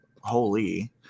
holy